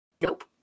Nope